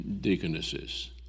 deaconesses